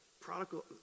prodigal